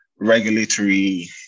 regulatory